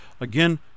Again